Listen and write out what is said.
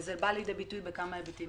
וזה בא לידי ביטוי בכמה היבטים.